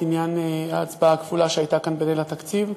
את עניין ההצבעה הכפולה שהייתה כאן בליל התקציב,